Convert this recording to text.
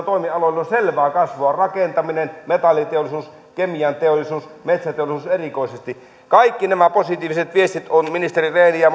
toimialoilla on selvää kasvua rakentamisessa metalliteollisuudessa kemianteollisuudessa metsäteollisuudessa erikoisesti kaikki nämä positiiviset viestit on aikaansaatu ministeri rehnin ja